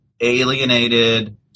alienated